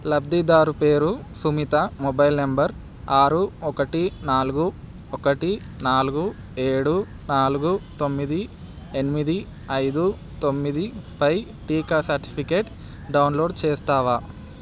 లబ్ధిదారు పేరు Sumita mobile number ఆరు ఒకటి నాలుగు ఒకటి నాలుగు ఏడు నాలుగు తొమ్మిది ఎనిమిది ఐదు తొమ్మిదిపై టీకా సర్టిఫికేట్ డౌన్లోడ్ చేస్తావా